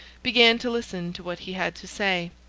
began to listen to what he had to say.